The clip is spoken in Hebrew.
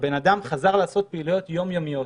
ושהוא חזר לעשות פעילויות יום יומיות.